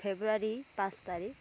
February पाँच तारिक